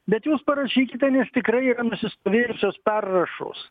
bet jūs parašykite nes tikrai yra nusistovėjusios perrašos